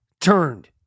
turned